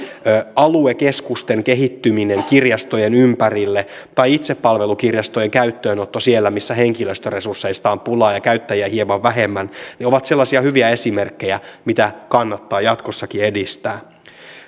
aluekeskusten kehittyminen kirjastojen ympärille ja itsepalvelukirjastojen käyttöönotto siellä missä henkilöstöresursseista on pulaa ja käyttäjiä hieman vähemmän ovat sellaisia hyviä esimerkkejä mitä kannattaa jatkossakin edistää